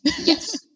Yes